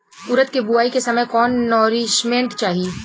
उरद के बुआई के समय कौन नौरिश्मेंट चाही?